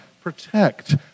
protect